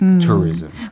tourism